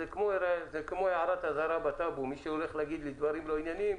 זה כמו הערת אזהרה בטאבו מי שהולך להגיד לי דברים לא ענייניים,